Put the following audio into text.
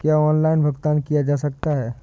क्या ऑनलाइन भुगतान किया जा सकता है?